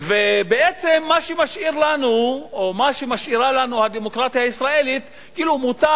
ובעצם מה שמשאירה לנו הדמוקרטיה הישראלית: כאילו מותר